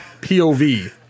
POV